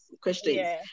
questions